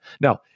Now